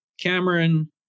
Cameron